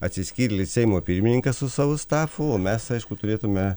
atsiskyrėlis seimo pirmininkas su savo stafu o mes aišku turėtume